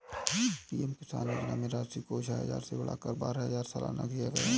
PM किसान योजना में राशि को छह हजार से बढ़ाकर बारह हजार सालाना किया गया है